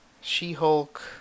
She-Hulk